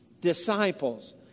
Disciples